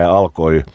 alkoi